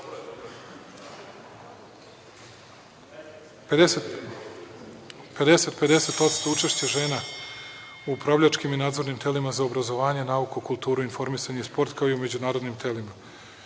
50-50% učešće žena u upravljačkim i nadzornim telima za obrazovanje, nauku, kulturu, informisanje i sport, kao i u međunarodnim telima. Takođe